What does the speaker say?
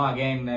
Again